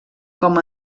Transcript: com